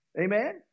Amen